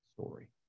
story